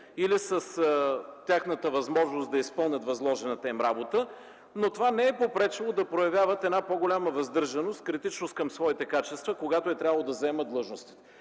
или с тяхната възможност да изпълнят възложената им работа, но това не е попречило да проявяват една по-голяма въздържаност, критичност към своите качества, когато е трябвало да заемат длъжността.